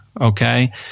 okay